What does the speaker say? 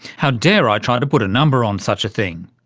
how dare i try to put a number on such a thing!